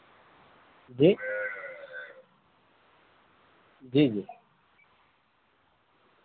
جی جی